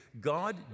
God